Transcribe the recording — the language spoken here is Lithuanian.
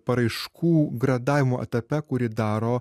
paraiškų gradavimo etape kurį daro